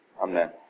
Amen